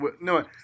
No